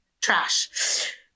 trash